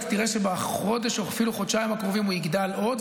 אתה תראה שבחודש או אפילו בחודשיים הקרובים הגירעון יגדל עוד,